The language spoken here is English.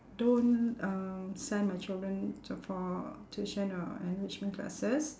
don't um send my children to for tuition or enrichment classes